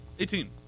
Eighteen